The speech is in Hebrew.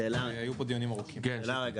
שאלה רגע,